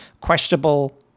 questionable